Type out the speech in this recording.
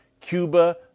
Cuba